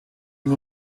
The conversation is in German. ihm